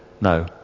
No